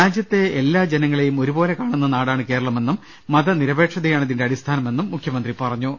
രാജ്യത്തെ എല്ലാ ജനങ്ങളെയും ഒരുപോലെ കാണുന്ന നാടാണ് കേരളമെന്നും മതനിരപേക്ഷതയാണ് ഇതിന്റെ അടി സ്ഥാനമെന്നും മുഖ്യമന്ത്രി പറഞ്ഞു